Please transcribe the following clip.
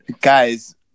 Guys